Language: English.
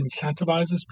incentivizes